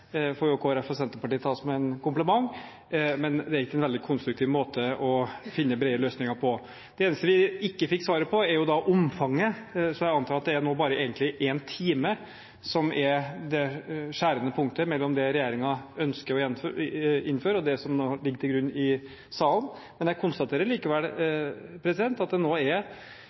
Kristelig Folkeparti og Senterpartiet ta som en kompliment, men det er ikke en veldig konstruktiv måte å finne brede løsninger på. Det eneste vi ikke fikk svaret på, er omfanget, men jeg antar at det nå egentlig er bare «én time» som er det skjærende punktet mellom det regjeringen ønsker å innføre, og det som nå ligger til grunn i salen. Jeg konstaterer likevel at det nå er